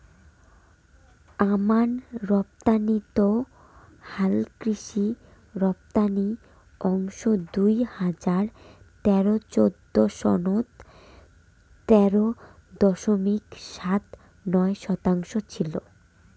আমান রপ্তানিত হালকৃষি রপ্তানি অংশ দুই হাজার তেরো চৌদ্দ সনত তেরো দশমিক সাত নয় শতাংশ ছিল